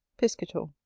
piscator.